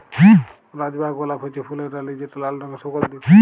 রজ বা গোলাপ হছে ফুলের রালি যেট লাল রঙের সুগল্ধি ফল